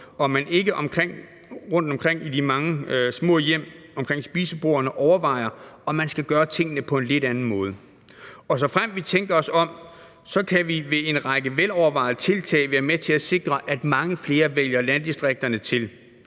om man ikke rundtomkring i de mange små hjem omkring spisebordene overvejer, om man skal gøre tingene på en lidt anden måde, og såfremt vi tænker os om, kan vi ved en række velovervejede tiltag være med til at sikre, at mange flere vælger landdistrikterne til,